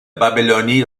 babylonie